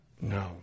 No